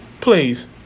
Please